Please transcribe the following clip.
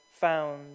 found